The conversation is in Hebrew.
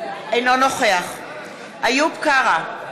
אינו נוכח איוב קרא,